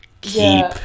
keep